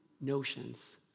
notions